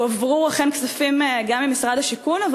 אכן הועברו כספים גם ממשרד השיכון,